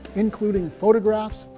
including photographs,